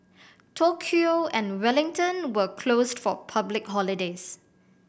Tokyo and Wellington were closed for public holidays